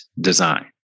design